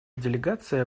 делегация